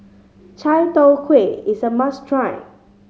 chai tow kway is a must try